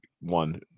one